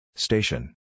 Station